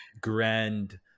grand